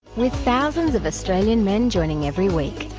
with thousands of australian men joining every week,